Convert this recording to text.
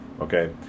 okay